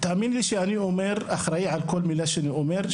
תאמיני לי שאני אחראי על כל מילה שאני אומר,